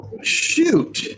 Shoot